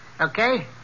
Okay